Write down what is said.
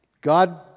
God